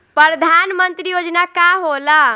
परधान मंतरी योजना का होला?